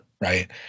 right